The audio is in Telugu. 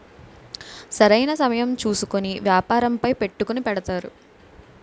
సరైన సమయం చూసుకొని వ్యాపారంపై పెట్టుకుని పెడతారు